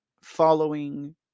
following